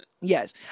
Yes